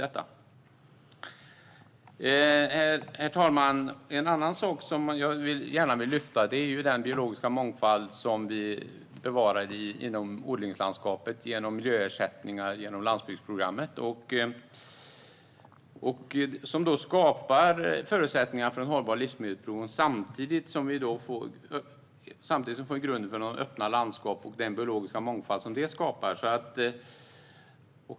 Herr talman! En annan sak som jag gärna vill lyfta fram är den biologiska mångfald som vi bevarar inom odlingslandskapet genom miljöersättningar och Landsbygdsprogrammet. Det skapar förutsättningar för en hållbar livsmedelsproduktion samtidigt som vi lägger grunden för öppna landskap och den biologiska mångfald som det skapar.